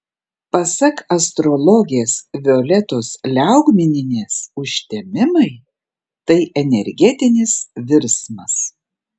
pasak astrologės violetos liaugminienės užtemimai tai energetinis virsmas